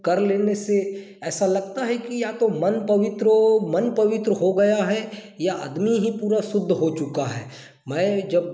कर लेने से ऐसा लगता है कि या तो मन पवित्र हो मन पवित्र हो गया है या आदमी ही पूरा शुद्ध हो चुका है मैं जब